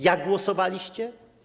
Jak głosowaliście?